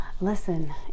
listen